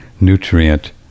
nutrient